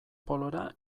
polora